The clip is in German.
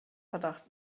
verdacht